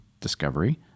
Discovery